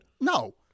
No